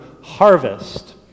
harvest